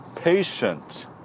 patient